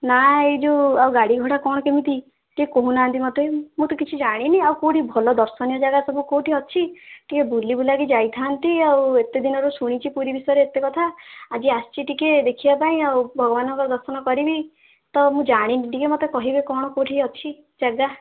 ନା ଏ ଯୋଉ ଆଉ ଗାଡ଼ି ଭଡ଼ା କ'ଣ କେମିତି ଟିକିଏ କହୁନାହାନ୍ତି ମୋତେ ମୁଁ ତ କିଛି ଜାଣିନି ଆଉ କୋଉଠି ଭଲ ଦର୍ଶନୀୟ ଯାଗା ସବୁ କୋଉଠି ଅଛି ଟିକିଏ ବୁଲି ବୁଲାକି ଯାଇଥାନ୍ତି ଆଉ ଏତେ ଦିନରୁ ଶୁଣିଛି ପୁରୀ ବିଷୟରେ ଏତେ କଥା ଆଜି ଆସିଛି ଟିକିଏ ଦେଖିବା ପାଇଁ ଆଉ ଭଗବାନଙ୍କ ଦର୍ଶନ କରିବି ତ ମୁଁ ଜାଣିନି ଟିକିଏ ମୋତେ କହିବେ କ'ଣ କୋଉଠି ଅଛି ଜାଗା